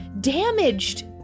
damaged